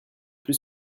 plus